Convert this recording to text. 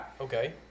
okay